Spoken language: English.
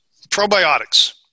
Probiotics